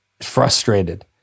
frustrated